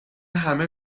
همه